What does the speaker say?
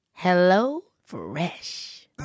HelloFresh